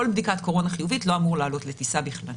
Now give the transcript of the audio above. כל בדיקת קורונה חיובית לא אמור לעלות לטיסה בכלל.